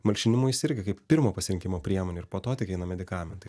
malšinimui jis irgi kaip pirmo pasirinkimo priemonė ir po to tik eina medikamentai